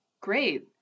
Great